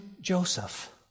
Joseph